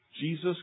Jesus